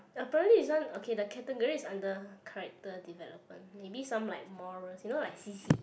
apparently this one okay the category is under character development maybe some like morals you know like C_C_E